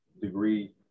degree